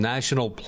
National